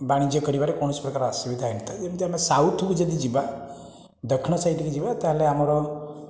ବାଣିଜ୍ୟ କରିବାରେ କୌଣସି ପ୍ରକାର ଅସୁବିଧା ହୋଇନଥାଏ ଯେମିତିକି ଆମେ ସାଉଥକୁ ଯଦି ଯିବା ଦକ୍ଷିଣ ସାଇଟ୍କି ଯିବା ତା'ହେଲେ ଆମର